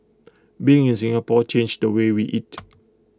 being in Singapore changed the way we eat